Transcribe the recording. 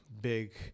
big